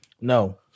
No